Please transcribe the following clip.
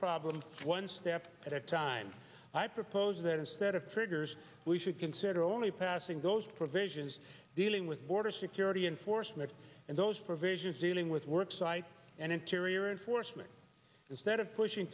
problem one step at a time i propose that instead of triggers we should consider only passing those provisions dealing with border security enforcement and those provisions dealing with work site and interior enforcement instead of pushing